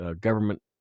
government